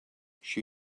she